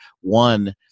one